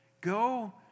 Go